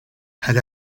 had